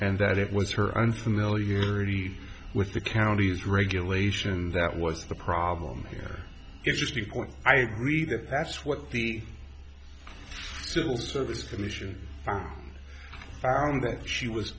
and that it was her unfamiliarity with the county's regulation that was the problem here interesting point i agree that that's what the civil service commission found that she was